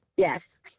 Yes